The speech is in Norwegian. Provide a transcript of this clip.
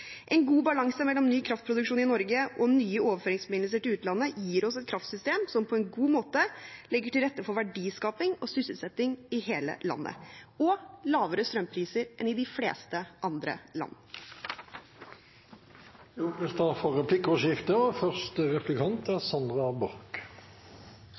En god balanse mellom ny kraftproduksjon i Norge og nye overføringsforbindelser til utlandet gir oss et kraftsystem som på en god måte legger til rette for verdiskaping og sysselsetting i hele landet – og lavere strømpriser enn i de fleste andre land. Det blir replikkordskifte.